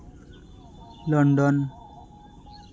London